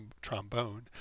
trombone